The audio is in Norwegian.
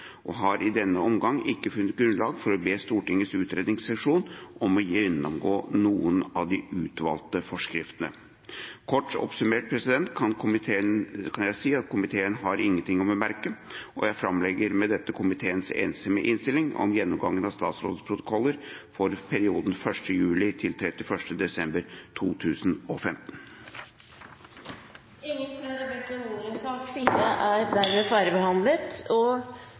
og har i denne omgang ikke funnet grunnlag for å be Stortingets utredningsseksjon om å gjennomgå noen av de utvalgte forskriftene. Kort oppsummert kan jeg si at komiteen har ingenting å bemerke, og jeg framlegger med dette komiteens enstemmige innstilling om gjennomgangen av statsrådets protokoller for perioden 1. juli til 31. desember 2015. Flere har ikke bedt om ordet til sak nr. 4. Presidenten vil foreslå at sakene nr. 5 og